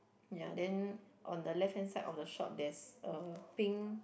ya then on the left hand side of the shop there's a pink